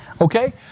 Okay